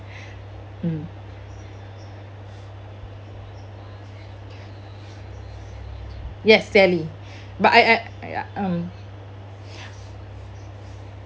mm yes sally but I I mm